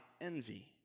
envy